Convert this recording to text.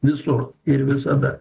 visur ir visada